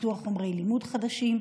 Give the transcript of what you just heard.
בפיתוח חומרי לימוד חדשים,